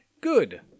good